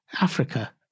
Africa